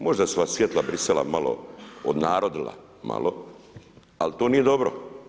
Možda su vas savjeta Bruxellesa malo odnarodila, malo, ali to nije dobro.